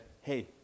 hey